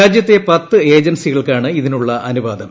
രാജ്യത്തെ പത്ത് ഏജൻസികൾക്കാണ് ഇതിനുള്ള അനുവാദം